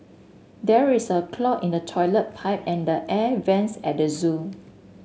there is a clog in the toilet pipe and the air vents at the zoo